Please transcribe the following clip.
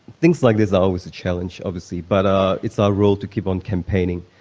things like this are always a challenge obviously but it's our role to keep on campaigning.